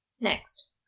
next